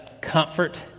comfort